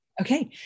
Okay